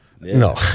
No